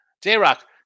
J-Rock